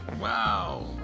wow